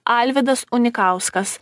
alvydas unikauskas